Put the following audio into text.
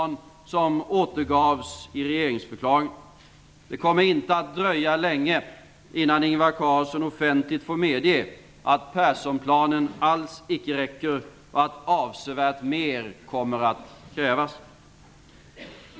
Det kommer inte att dröja länge innan Ingvar Carlsson offentligt måste medge att Perssonplanen alls icke räcker och att avsevärt mer kommer att krävas.